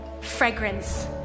fragrance